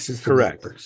Correct